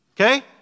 Okay